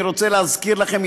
אני רוצה להזכיר לכם,